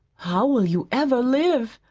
how will you ever live?